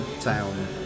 Town